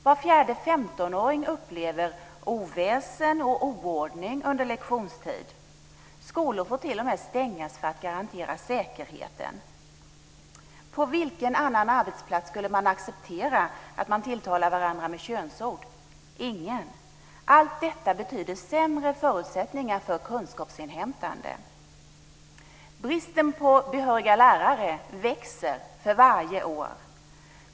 Var fjärde 15-åring upplever oväsen och oordning under lektionstid. Skolor får t.o.m. stängas för att man ska kunna garantera säkerheten. På vilken annan arbetsplats skulle man acceptera att man tilltalar varandra med könsord? Ingen. Allt detta betyder sämre förutsättningar för kunskapsinhämtande. Bristen på behöriga lärare växer för varje år.